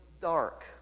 dark